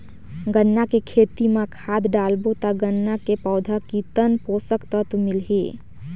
गन्ना के खेती मां खाद डालबो ता गन्ना के पौधा कितन पोषक तत्व मिलही?